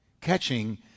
catching